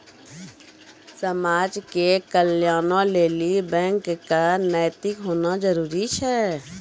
समाज के कल्याणों लेली बैको क नैतिक होना जरुरी छै